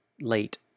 late